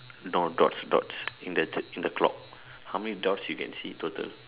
the door dots dots in the in the clock how many dots you can see in total